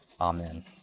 Amen